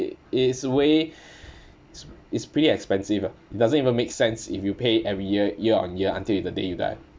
it it's way it's it's pretty expensive ah it doesn't even make sense if you pay every year year on year until the day you die